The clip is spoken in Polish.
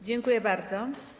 Dziękuję bardzo.